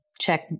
check